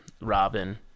Robin